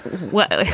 well,